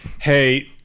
hey